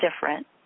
different